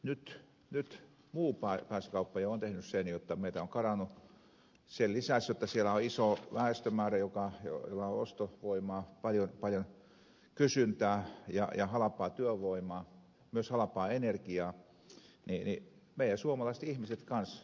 nyt muu päästökauppa jo on tehnyt sen jotta meiltä ovat karanneet sen lisäksi jotta siellä on iso väestömäärä jolla on ostovoimaa paljon kysyntää ja halpaa työvoimaa myös halpaa energiaa meidän suomalaiset ihmiset kanssa